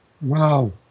Wow